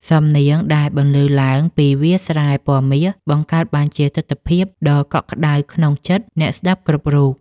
សំនៀងដែលបន្លឺឡើងពីវាលស្រែពណ៌មាស បង្កើតបានជាទិដ្ឋភាពដ៏កក់ក្ដៅក្នុងចិត្តអ្នកស្ដាប់គ្រប់រូប។